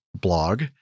blog